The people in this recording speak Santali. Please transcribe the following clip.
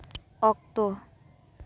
ᱚᱠᱛᱚ